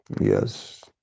Yes